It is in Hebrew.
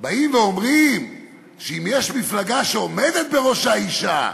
באים ואומרים שאם יש מפלגה שעומדת בראשה אישה,